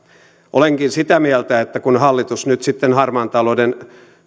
olenkin sitä mieltä että jos nähdään kun hallitus nyt sitten harmaan talouden